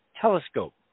telescope